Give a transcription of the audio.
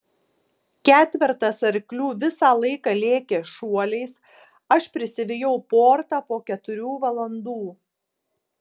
ketvertas arklių visą laiką lėkė šuoliais aš prisivijau portą po keturių valandų